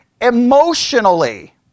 emotionally